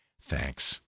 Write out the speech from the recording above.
Thanks